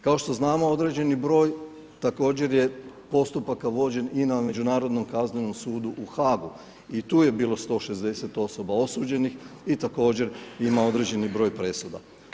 Kao što znamo određeni broj, također je postupaka vođen i na međunarodnom Kaznenom sudu u HAG-u i tu je bilo 160 osoba osuđenih i također ima određeni broj presuda.